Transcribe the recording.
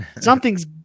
something's